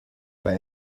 bei